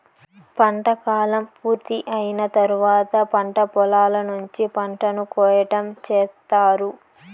పంట కాలం పూర్తి అయిన తర్వాత పంట పొలాల నుంచి పంటను కోయటం చేత్తారు